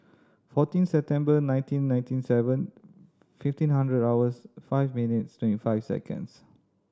fourteen September nineteen ninety seven fifteen hundred hours five minutes twenty five seconds